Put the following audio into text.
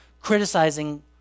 criticizing